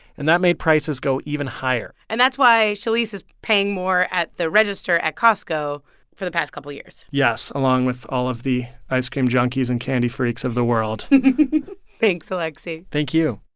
and that made prices go even higher and that's why shalece is paying more at the register at costco for the past couple years yes, along with all of the ice cream junkies and candy freaks of the world thanks, alexi thank you